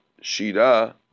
Shira